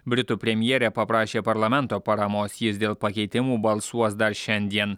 britų premjerė paprašė parlamento paramos jis dėl pakeitimų balsuos dar šiandien